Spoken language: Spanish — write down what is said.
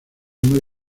muy